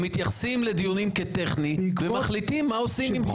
הם מתייחסים לדיונים כטכני ומחליטים מה עושים.